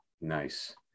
Nice